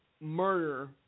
murder